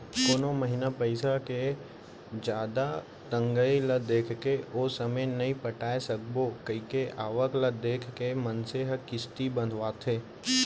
कोनो महिना पइसा के जादा तंगई ल देखके ओ समे नइ पटाय सकबो कइके आवक ल देख के मनसे ह किस्ती बंधवाथे